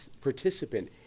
participant